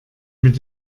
mit